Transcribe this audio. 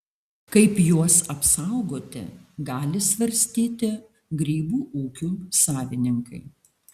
kaip juos apsaugoti gali svarstyti grybų ūkių savininkai